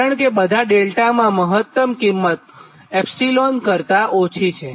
કારણ કે બધાં ડેલ્ટામાંની મહત્ત્મ કિંમત એપ્સિલોન ε કરતાં ઓછી છે